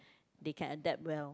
they can adapt well